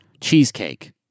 Cheesecake